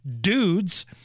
dudes